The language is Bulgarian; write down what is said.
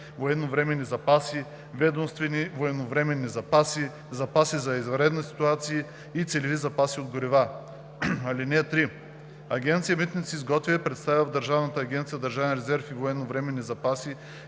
военновременни запаси, ведомствени военновременни запаси, запаси за извънредни ситуации и целеви запаси от горива. (3) Агенция „Митници“ изготвя и представя в Държавна агенция „Държавен резерв и военновременни запаси“